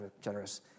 generous